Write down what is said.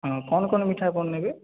ହଁ କ'ଣ କ'ଣ ମିଠା ଆପଣ ନେବେ